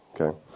Okay